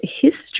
history